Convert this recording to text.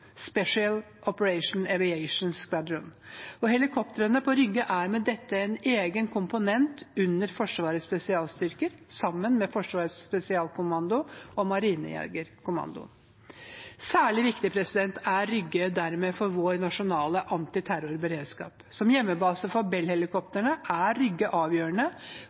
Special Operations Aviation Squadron. Helikoptrene på Rygge er med dette en egen komponent under Forsvarets spesialstyrker sammen med Forsvarets spesialkommando og Marinejegerkommandoen. Særlig viktig er Rygge dermed for vår nasjonale antiterrorberedskap. Som hjemmebase for Bell-helikoptrene er Rygge avgjørende